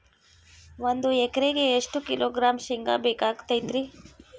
ಒಂದು ಎಕರೆಗೆ ಎಷ್ಟು ಕಿಲೋಗ್ರಾಂ ಶೇಂಗಾ ಬೇಕಾಗತೈತ್ರಿ?